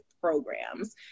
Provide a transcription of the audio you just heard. programs